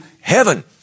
heaven